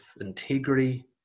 integrity